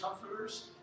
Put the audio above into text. comforters